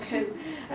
mmhmm